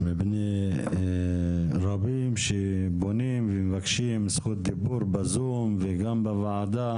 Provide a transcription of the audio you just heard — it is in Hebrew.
מפני רבים שפונים ומבקשים זכות דיבור בזום וגם בוועדה.